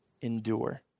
endure